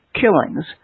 killings